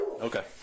okay